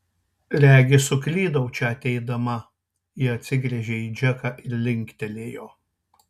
regis suklydau čia ateidama ji atsigręžė į džeką ir linktelėjo